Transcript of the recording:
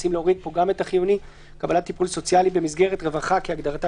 מציעים להוריד חיוני - במסגרת רווחה כהגדרתה